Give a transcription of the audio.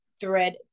thread